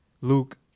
Luke